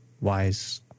wise